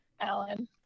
Alan